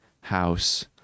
house